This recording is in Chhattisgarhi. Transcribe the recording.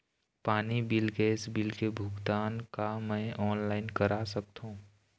पानी बिल गैस बिल के भुगतान का मैं ऑनलाइन करा सकथों?